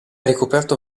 ricoperto